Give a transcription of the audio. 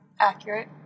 accurate